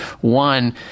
One